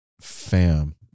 fam